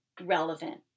relevant